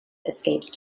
escaped